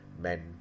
men